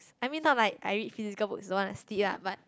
I mean not like I read physical books don't wanna sleep lah but